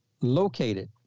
located